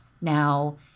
Now